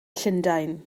llundain